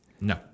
No